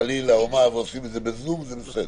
חלילה, ועושים את זה בזום, זה בסדר.